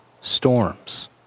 storms